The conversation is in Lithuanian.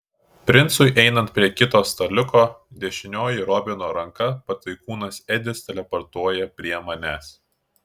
princui einant prie kito staliuko dešinioji robino ranka pataikūnas edis teleportuoja prie manęs